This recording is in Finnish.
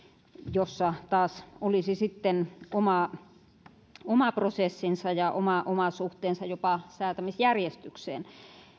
jossa taas olisi sitten oma prosessinsa ja oma suhteensa jopa säätämisjärjestykseen